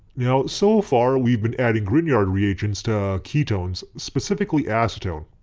now so far we've been adding grignard reagents to ketones, specifically acetone.